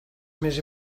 més